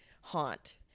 haunt